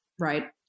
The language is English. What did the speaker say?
right